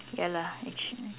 ya lah actually